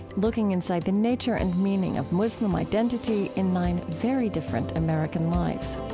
looking inside the nature and meaning of muslim identity in nine very different american lives